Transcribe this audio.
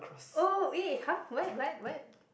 oh eh !huh! what what what